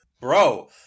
Bro